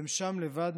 והם שם לבד,